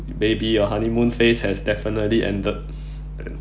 baby your honeymoon phase has definitely ended